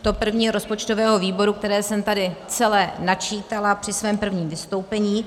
To první je rozpočtového výboru, které jsem tady celé načítala při svém prvním vystoupení.